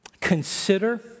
consider